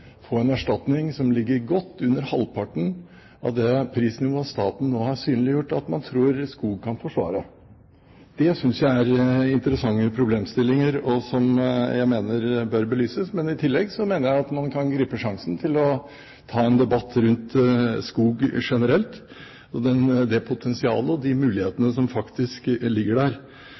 få en erstatning som ligger godt under halvparten av det prisnivået staten nå har synliggjort at man tror skog kan forsvare. Det er interessante problemstillinger som jeg synes bør belyses, og i tillegg mener jeg at man kan gripe sjansen til å ta en debatt rundt skog generelt – det potensialet og de mulighetene som faktisk ligger der.